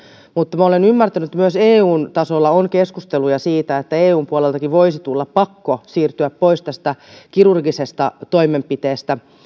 mutta minä olen ymmärtänyt että myös eun tasolla on keskusteluja siitä että eun puoleltakin voisi tulla pakko siirtyä pois tästä kirurgisesta toimenpiteestä